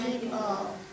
people